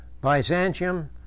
Byzantium